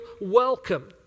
welcome